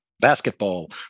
basketball